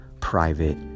private